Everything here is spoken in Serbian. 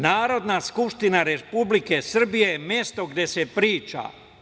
Narodna skupština Republike Srbije je mesto gde se priča.